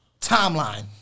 timeline